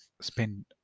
spend